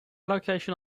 location